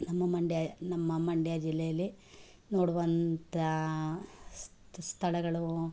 ನಮ್ಮ ಮಂಡ್ಯ ನಮ್ಮ ಮಂಡ್ಯ ಜಿಲ್ಲೆಯಲ್ಲಿ ನೋಡುವಂಥ ಸ್ಥಳಗಳು